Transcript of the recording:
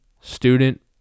student